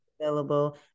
available